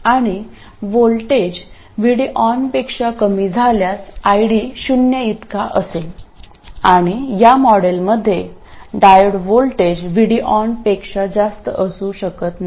आणि voltage VD ON पेक्षा कमी झाल्यास ID शून्याइतका असेल आणि या मॉडेलमध्ये डायोड व्होल्टेज VD ON पेक्षा जास्त असू शकत नाही